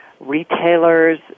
retailers